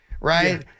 right